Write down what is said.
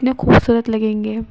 اتنے خوبصورت لگیں گے